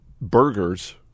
burgers